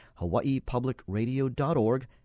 hawaiipublicradio.org